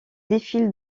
défilent